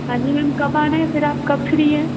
हाँ जी मैम कब आना है फिर आप कब फ्री हैं